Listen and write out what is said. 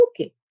okay